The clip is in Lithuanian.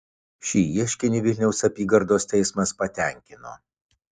šį ieškinį vilniaus apygardos teismas patenkino